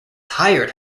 hired